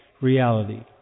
reality